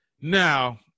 Now